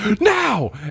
Now